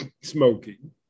smoking